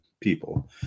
people